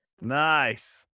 Nice